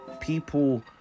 people